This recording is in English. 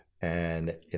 and-